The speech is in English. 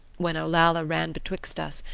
when olalla ran betwixt us,